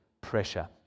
pressure